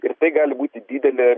ir tai gali būti didelė